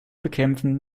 bekämpfen